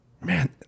Man